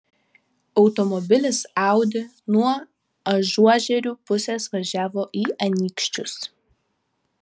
automobilis audi nuo ažuožerių pusės važiavo į anykščius